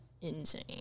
insane